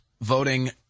voting